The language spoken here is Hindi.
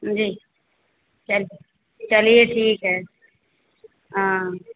जी चल चलिए ठीक है हाँ